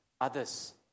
others